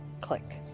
click